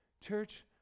Church